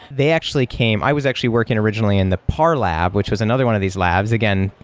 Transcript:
they actually came i was actually working originally in the parlab, which was another one of these labs. again,